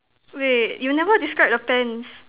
wait you never describe the pants